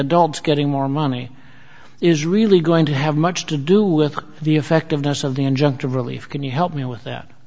adults getting more money is really going to have much to do with the effectiveness of the injunctive relief can you help me with that